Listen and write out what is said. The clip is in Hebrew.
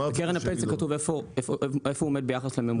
בקרן הפנסיה כתוב איפה הוא עומד ביחס לממוצע.